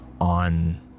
on